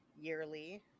yearly